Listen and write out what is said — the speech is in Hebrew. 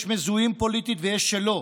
יש מזוהים פוליטית ויש שלא.